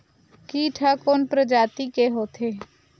कीट ह कोन प्रजाति के होथे?